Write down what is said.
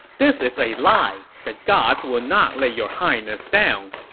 this is a lie. the gods will not let your highness down.